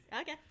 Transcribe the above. Okay